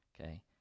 Okay